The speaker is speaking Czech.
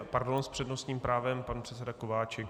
Pardon, s přednostním právem pan předseda Kováčik.